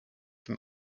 from